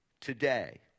today